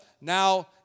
now